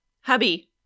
Hubby